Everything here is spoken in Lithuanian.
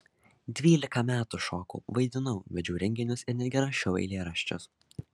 dvylika metų šokau vaidinau vedžiau renginius ir netgi rašiau eilėraščius